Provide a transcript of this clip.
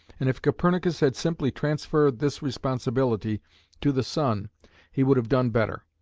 and if copernicus had simply transferred this responsibility to the sun he would have done better.